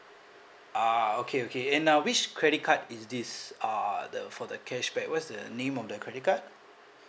ah okay okay and uh which credit card is this uh the for the cashback what is the name of the credit card